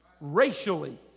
Racially